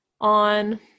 on